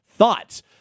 Thoughts